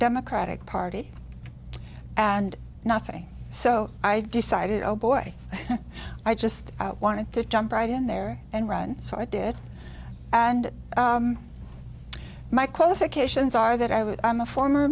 democratic party and nothing so i decided oh boy i just wanted to jump right in there and run so i did and my qualifications are that i was i'm a former